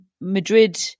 Madrid